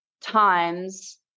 times